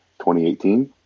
2018